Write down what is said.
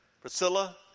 Priscilla